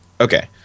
Okay